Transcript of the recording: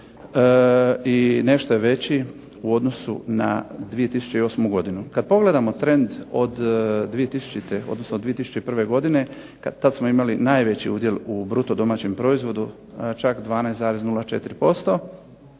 i nešto je veći u odnosu na 2008. godinu. Kad pogledamo trend od 2000. odnosno od 2001. godine, tad smo imali najveći udjel u bruto domaćem proizvodu, čak 12,04%,